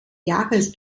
jahres